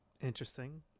Interesting